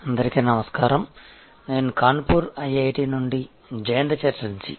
అందరికీ నమస్కారం నేను కాన్పూర్ IIT నుండి జయంత ఛటర్జీ